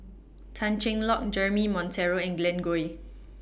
Tan Cheng Lock Jeremy Monteiro and Glen Goei